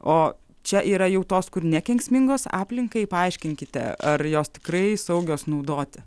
o čia yra jau tos kur nekenksmingos aplinkai paaiškinkite ar jos tikrai saugios naudoti